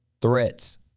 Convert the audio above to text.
threats